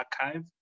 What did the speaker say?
archive